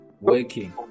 working